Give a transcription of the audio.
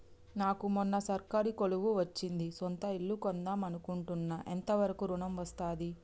నాకు మొన్న సర్కారీ కొలువు వచ్చింది సొంత ఇల్లు కొన్దాం అనుకుంటున్నా ఎంత వరకు ఋణం వస్తది?